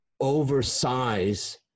oversize